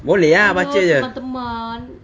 boleh ah baca jer